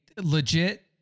Legit